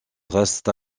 reste